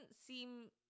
seem